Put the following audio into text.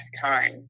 time